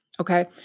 Okay